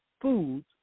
foods